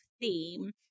theme